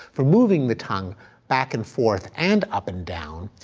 for moving the tongue back and forth and up and down,